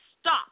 stop